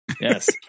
Yes